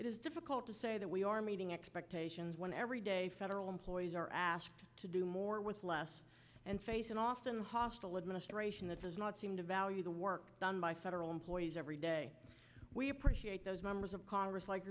it is difficult to say that we are meeting expectations when every day federal employees are asked to do more with less and face an often hostile administration that does not seem to value the way work done by federal employees every day we appreciate those members of congress like